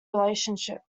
relationship